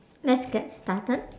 let's get started